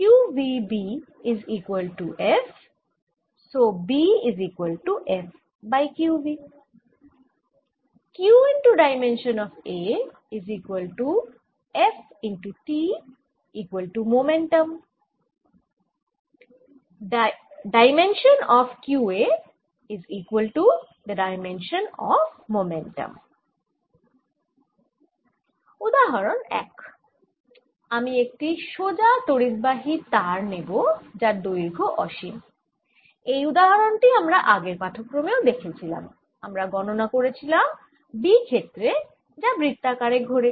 উদাহরন 1 আমি একটি সোজা তড়িদবাহী তার নেব যার দৈর্ঘ্য অসীম এই উদাহরণ টি আমরা আগের পাঠক্রমেও দেখেছিলাম আমরা গণনা করেছিলাম B ক্ষেত্রের যা বৃত্তাকারে ঘোরে